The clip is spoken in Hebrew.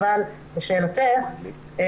לשאלתך,